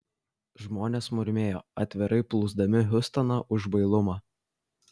žmonės murmėjo atvirai plūsdami hiustoną už bailumą